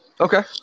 Okay